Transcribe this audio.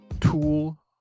tool